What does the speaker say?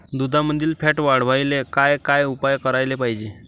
दुधामंदील फॅट वाढवायले काय काय उपाय करायले पाहिजे?